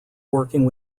working